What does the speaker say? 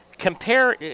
Compare